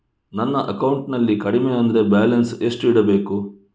ನನ್ನ ಅಕೌಂಟಿನಲ್ಲಿ ಕಡಿಮೆ ಅಂದ್ರೆ ಬ್ಯಾಲೆನ್ಸ್ ಎಷ್ಟು ಇಡಬೇಕು?